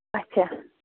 اَچھا